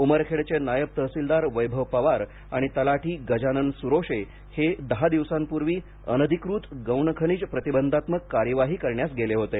उमरखेडचे नायब तहसीलदार वैभव पवार आणि तलाठी गजानन सुरोशे हे दहा दिवसांपूर्वी अनधिकृत गौणखनिज प्रतिबंधात्मक कार्यवाही करण्यास गेले होते